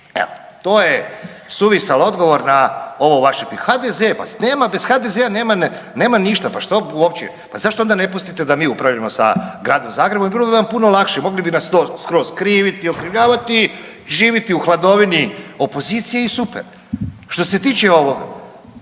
Evo to je suvisan odgovor na ovo vaše pitanje. HDZ, pa nema bez HDZ nema, nema ništa, pa što uopće, pa zašto onda ne pustite da mi upravljamo sa Gradom Zagrebom i bilo bi vam puno lakše, mogli bi nas skroz kriviti i okrivljavati i živiti u hladovini opozicije i super. Što se tiče ovoga,